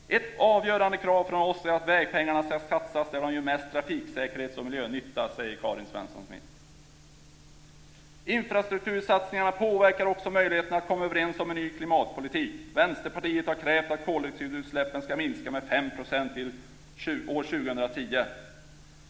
'Ett avgörande krav från oss är att vägpengarna skall satsas där de gör mest trafiksäkerhets och miljönytta', säger Karin Svensson Smith. - Infrastruktursatsningarna påverkar också möjligheten att komma överens om en ny klimatpolitik. Vänsterpartiet har krävt att koldioxidutsläppen skall minska med 5 % till år 2010.